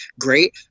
great